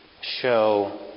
show